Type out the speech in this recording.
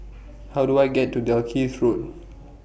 How Do I get to Dalkeith Road